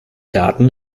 daten